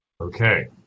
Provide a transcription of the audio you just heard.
Okay